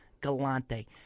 Galante